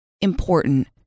important